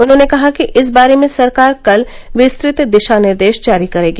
उन्होंने कहा कि इस बारे में सरकार कल विस्तृत दिशा निर्देश जारी करेगी